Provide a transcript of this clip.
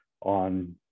on